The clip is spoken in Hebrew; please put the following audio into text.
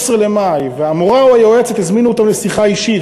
במאי והמורה או היועצת הזמינו אותו לשיחה אישית,